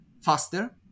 faster